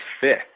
fifth